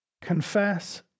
Confess